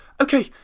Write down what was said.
okay